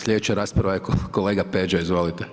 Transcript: Slijedeća rasprava je kolega Peđa, izvolite.